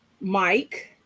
Mike